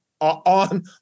on